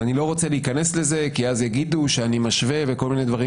אני לא רוצה להיכנס לזה כי אז יגידו שאני משווה וכול מיני דברים